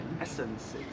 essence